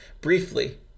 briefly